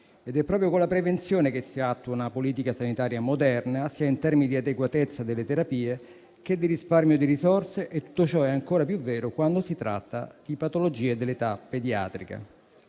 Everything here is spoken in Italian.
È proprio con la prevenzione che si attua una politica sanitaria moderna, sia in termini di adeguatezza delle terapie che di risparmio di risorse; tutto ciò è ancora più vero quando si tratta di patologie dell'età pediatrica.